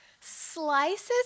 slices